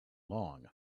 long